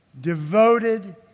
devoted